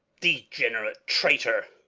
degenerate traitor,